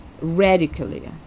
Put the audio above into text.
radically